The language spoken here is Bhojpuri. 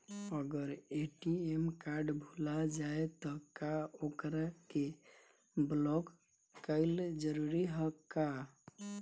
अगर ए.टी.एम कार्ड भूला जाए त का ओकरा के बलौक कैल जरूरी है का?